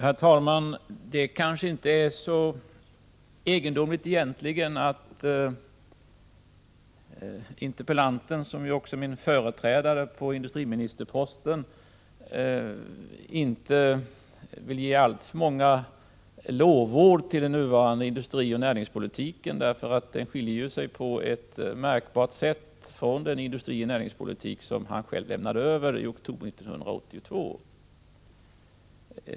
Herr talman! Det är egentligen kanske inte så egendomligt att interpellanten, som ju också är min företrädare på industriministerposten, inte vill ge alltför många lovord till den nuvarande industrioch näringspolitiken. Den skiljer ju sig på ett märkbart sätt från den industrioch näringspolitik som han själv lämnade över i oktober 1982.